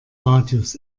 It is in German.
radius